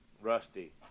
Rusty